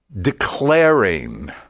declaring